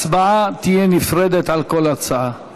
הצבעה תהיה נפרדת על כל הצעה.